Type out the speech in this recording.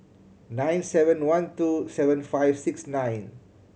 nine seven one two seven five six nine